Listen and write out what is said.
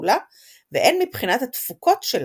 והן מבחינת התפוקות שלה.